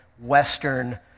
Western